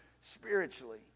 spiritually